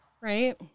Right